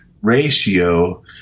ratio